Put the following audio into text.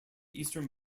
eastern